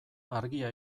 argia